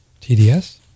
TDS